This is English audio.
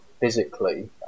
physically